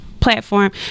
platform